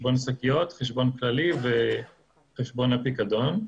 חשבון שקיות, חשבון כללי וחשבון הפיקדון.